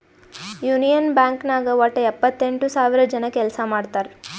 union bank ನಾಗ್ ವಟ್ಟ ಎಪ್ಪತ್ತೆಂಟು ಸಾವಿರ ಜನ ಕೆಲ್ಸಾ ಮಾಡ್ತಾರ್